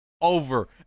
over